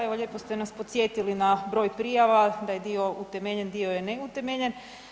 Evo, lijepo ste nas podsjetili na broj prijava, da je dio utemeljen, dio je neutemeljen.